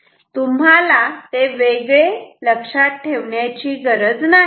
तुम्हाला ते वेगळे लक्षात ठेवण्याची गरज नाही